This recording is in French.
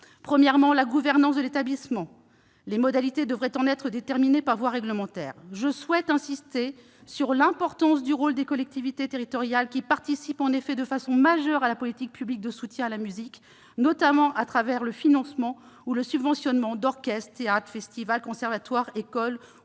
Premièrement, de la gouvernance de l'établissement ? Les modalités devraient en être déterminées par voie réglementaire. Je souhaite insister sur l'importance du rôle des collectivités territoriales, qui participent de façon majeure à la politique publique de soutien à la musique, notamment le financement ou le subventionnement d'orchestres, de théâtres, de festivals, de conservatoires, d'écoles ou